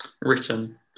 written